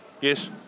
Yes